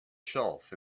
shelf